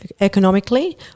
economically